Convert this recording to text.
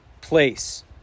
place